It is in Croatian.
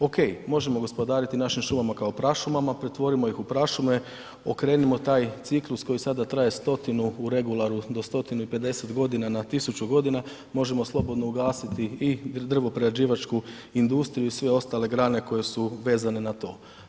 Ok, možemo gospodariti našim šumama kao prašumama, pretvorimo ih u prašume, okrenimo taj ciklus koji sada traje stotinu, u regularu do 150 g. na 1000 g., možemo slobodno ugasiti i drvo-prerađivačku industriju i sve ostale grane koje su vezane na to.